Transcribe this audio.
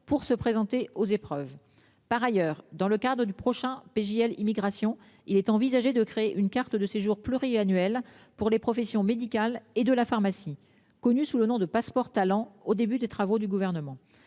pour se présenter aux épreuves. Par ailleurs, dans le cadre du prochain PJ l'immigration il est envisagé de créer une carte de séjour pluriannuelle pour les professions médicales et de la pharmacie, connu sous le nom de passeports talents au début des travaux du gouvernement.